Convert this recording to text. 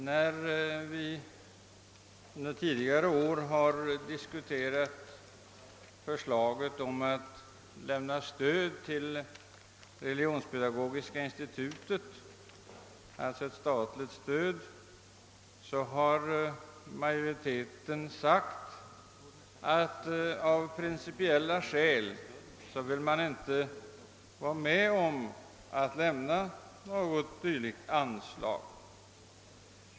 När vi under tidigare år har diskuterat förslag om statligt stöd till Religionspedagogiska institutet har majoriteten av principiella skäl inte velat vara med om att lämna något dylikt anslag.